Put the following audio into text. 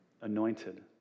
anointed